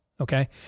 Okay